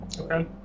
Okay